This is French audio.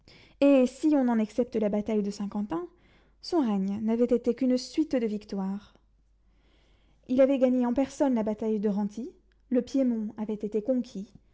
et si on en excepte la bataille de saint-quentin son règne n'avait été qu'une suite de victoires il avait gagné en personne la bataille de renty le piémont avait été conquis